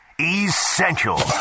Essential